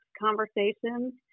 conversations